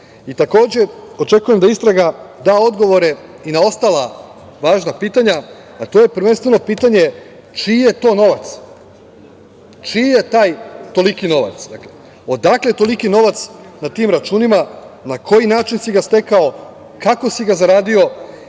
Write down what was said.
očekujem da istraga da odgovore i na ostala važna pitanja, a to je prvenstveno pitanje čiji je to novac? Čiji je taj toliki novac? Dakle, odakle toliki novac na tim računima, na koji način si ga stekao, kako si ga zaradio,